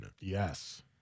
Yes